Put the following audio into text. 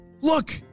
Look